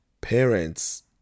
Parents